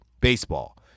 baseball